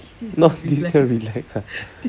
not this kind of relax ah